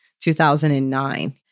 2009